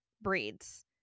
breeds